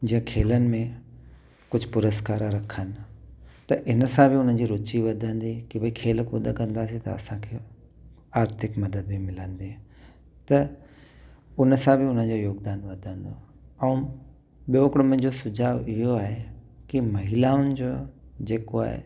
जीअं खेॾनि में कुझु पुरुस्कार रखनि त इन सां बि उन जी रुचि वधंदी की भई खेल कूद कंदासीं त असांखे आर्थिक मदद बि मिलंदी त उन सां बि उन जो योगदानु वधंदो ऐं ॿियो हिकिड़ो मुंहिंजो सुझाव इहो आहे की महिलाउनि जो जेको आहे